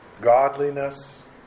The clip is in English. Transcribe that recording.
godliness